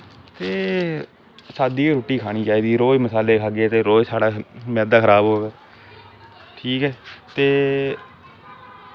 ते साद्दी गै रुट्टी खानी चाही दी रोज मसाले खाह्गे ते रोज साढ़ा मैद्दा खराब होग ठीक ऐ ते